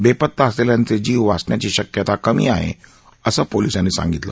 बेपता असलेल्यांचे जीव वाचण्याची शक्यता कमी आहे असं पोलिसांनी सांगितलं